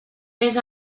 més